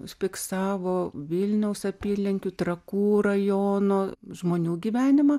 užfiksavo vilniaus apylinkių trakų rajono žmonių gyvenimą